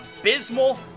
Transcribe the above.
abysmal